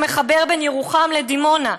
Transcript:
שמחבר בין ירוחם לדימונה.